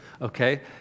Okay